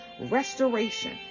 restoration